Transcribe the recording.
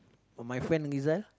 for my friend Rizal